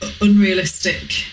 unrealistic